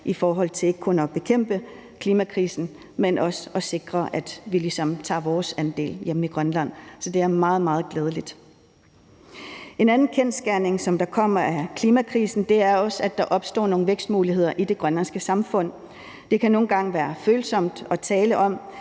i forhold til ikke kun at bekæmpe klimakrisen, men også at sikre, at vi ligesom gør vores del hjemme i Grønland. Så det er meget, meget glædeligt. En anden kendsgerning, der kommer af klimakrisen, er også, at der opstår nogle vækstmuligheder i det grønlandske samfund. Det kan nogle gange være følsomt at tale om,